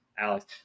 Alex